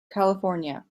california